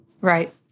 right